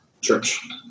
church